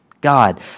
God